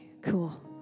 cool